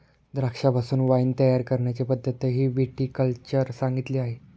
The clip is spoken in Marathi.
द्राक्षांपासून वाइन तयार करण्याची पद्धतही विटी कल्चर सांगितली आहे